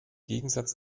gegensatz